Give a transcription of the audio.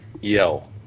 yell